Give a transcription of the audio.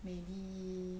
maybe